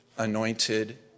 anointed